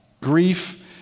grief